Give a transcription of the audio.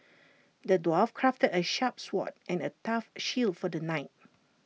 the dwarf crafted A sharp sword and A tough shield for the knight